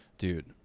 Dude